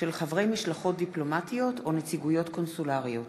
של חברי משלחות דיפלומטיות או נציגויות קונסולריות,